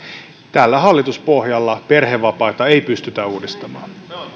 tällä hallituspohjalla perhevapaita ei pystytä uudistamaan